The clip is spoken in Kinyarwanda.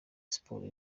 siporo